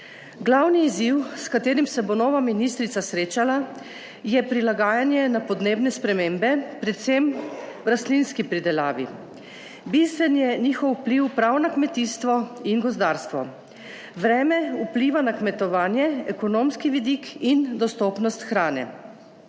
Glavni izziv, s katerim se bo nova ministrica srečala je prilagajanje na podnebne spremembe, predvsem v rastlinski pridelavi. Bistven je njihov vpliv prav na kmetijstvo in gozdarstvo. Vreme vpliva na kmetovanje, ekonomski vidik in dostopnost hrane.